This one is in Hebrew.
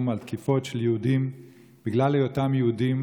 על תקיפות של יהודים בגלל היותם יהודים,